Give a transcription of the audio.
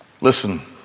Listen